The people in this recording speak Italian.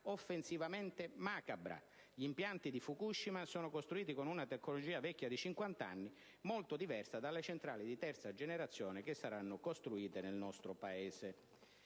offensivamente macabra. Gli impianti di Fukushima sono costruiti con una tecnologia vecchia di cinquant'anni, molto diversa dalle centrali di terza generazione che saranno costruite nel nostro Paese».